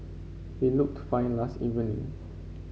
he looked fine last evening